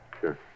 sure